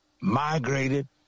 migrated